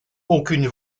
aucune